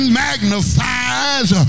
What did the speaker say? magnifies